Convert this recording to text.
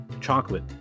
chocolate